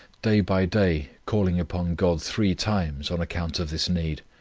day by day calling upon god three times on account of this need,